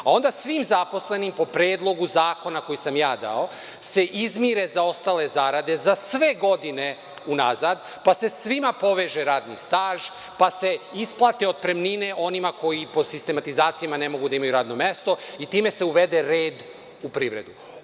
Onda svim zaposlenima po Predlogu zakona koji sam ja dao se izmire zaostale zarade za sve godine unazad, pa se svima poveže radni staž, pa se isplate otpremnine onima koji po sistematizaciji ne mogu da radno mesto i time se uvede red u privredu.